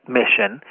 mission